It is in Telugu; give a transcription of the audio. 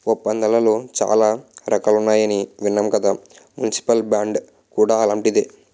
ఒప్పందాలలో చాలా రకాలున్నాయని విన్నాం కదా మున్సిపల్ బాండ్ కూడా అలాంటిదే